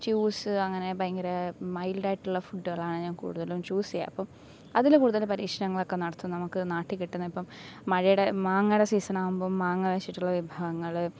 stews അങ്ങനെ ഭയങ്കര മൈൽഡായിട്ടുള്ള ഫുഡുകളാണ് ഞാൻ കൂടുതലും ചൂസ് ചെയ്യുക അപ്പം അതിൽ കൂടുതൽ പരീക്ഷണങ്ങളൊക്കെ നടത്തും നമുക്ക് നാട്ടീ കിട്ടുന്ന ഇപ്പം മഴയുടെ മാങ്ങേടെ സീസണാവ്മ്പം മാങ്ങ വെച്ചിട്ടുള്ള വിഭവങ്ങൾ